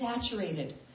saturated